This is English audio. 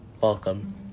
Welcome